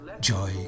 joy